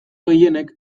gehienek